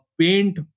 paint